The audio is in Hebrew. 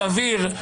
סביר,